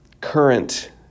current